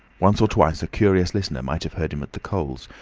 once or twice a curious listener might have heard him at the coals,